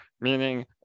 meaning